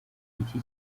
iki